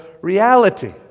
reality